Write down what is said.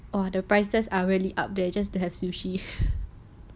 !wow! the prices are really up there just to have sushi